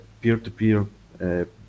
peer-to-peer